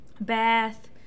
bath